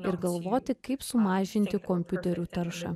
ir galvoti kaip sumažinti kompiuterių taršą